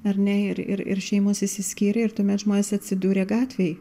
ar ne ir ir ir šeimos išsiskyrė ir tuomet žmonės atsidūrė gatvėj